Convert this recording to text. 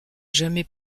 jamais